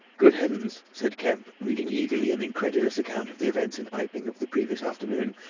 good heavens! said kemp, reading eagerly an incredulous account of the events in iping, of the previous afternoon,